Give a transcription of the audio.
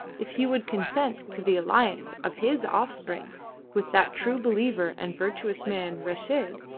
if he would consent to the alliance of his offspring with that true believer and virtuous man reshid,